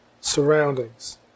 surroundings